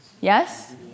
Yes